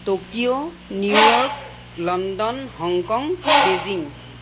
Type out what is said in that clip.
Tokyo New York London Hong Kong Beijing